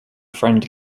friend